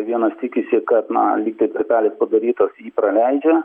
vienas tikisi kad na lygtai tarpelis padarytas jį praleidžia